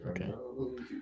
Okay